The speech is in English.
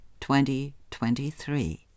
2023